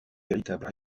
véritable